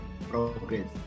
progress